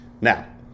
Now